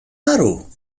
نرو